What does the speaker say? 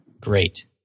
Great